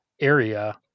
area